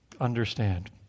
understand